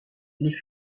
les